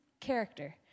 character